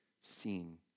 seen